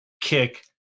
kick